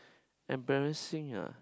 embarrassing yea